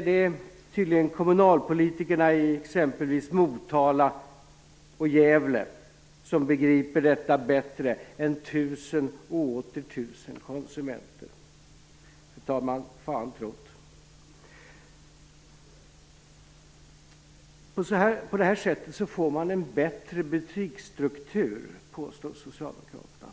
Det är tydligen kommunalpolitikerna i exempelvis Motala och Gävle som begriper detta bättre än tusen och åter tusen konsumenter. Fru talman! Fan tro't! På det här sättet får man en bättre butiksstruktur, påstår socialdemokraterna.